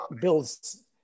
builds